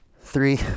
three